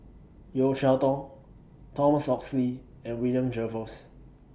Yeo Cheow Tong Thomas Oxley and William Jervois